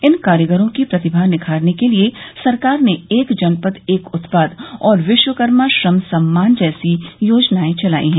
इन कारीगरों की प्रतिभा निखारने के लिये सरकार ने एक जनपद एक उत्पाद और विश्वकर्मा श्रम सम्मान जैसी योजनाएं चलाई है